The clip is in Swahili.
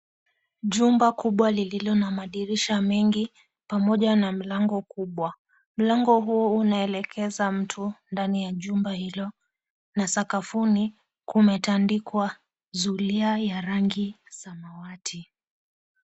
Jumba kubwa lililo na madirisha mengi pamoja na mlango kubwa. Mlango huu unaelekeza mtu ndani ya jumba hilo, na sakafuni kumetandikwa zulia ya rangi samawati.